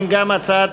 הצעת